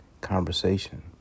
conversation